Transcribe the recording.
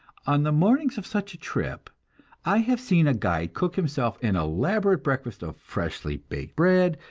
on the mornings of such a trip i have seen a guide cook himself an elaborate breakfast of freshly baked bread,